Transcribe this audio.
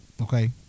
okay